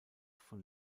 von